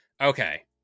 okay